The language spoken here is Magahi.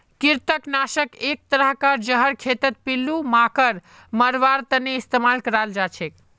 कृंतक नाशक एक तरह कार जहर खेतत पिल्लू मांकड़ मरवार तने इस्तेमाल कराल जाछेक